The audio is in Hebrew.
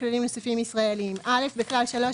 בכללים נוספים (ישראליים) - בכלל 3,